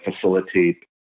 facilitate